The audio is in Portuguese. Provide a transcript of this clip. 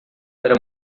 era